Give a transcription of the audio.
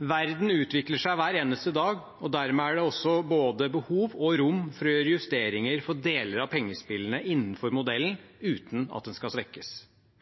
Verden utvikler seg hver eneste dag, og dermed er det også både behov og rom for å gjøre justeringer for deler av pengespillene innenfor modellen,